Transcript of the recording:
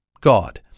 God